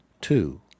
Two